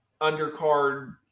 undercard